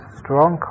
strong